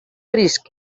risc